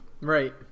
right